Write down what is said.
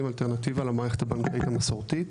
אלטרנטיבה למערכת הבנקאית המסורתית.